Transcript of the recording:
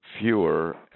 fewer